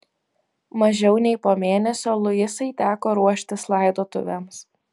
mažiau nei po mėnesio luisai teko ruoštis laidotuvėms